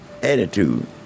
attitude